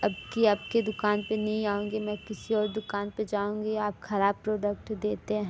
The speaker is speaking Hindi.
अबकी आपके दुकान पर नहीं आउँगी मैं किसी और दुकान पर जाऊँगी आप ख़राब प्रोडक्ट देते हैं